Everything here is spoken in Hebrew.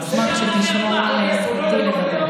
אני אשמח שתשמור על זכותי לדבר.